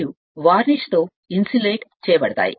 మెరుగు నూనెతో ఏకాకిత్వము చేయబడతాయి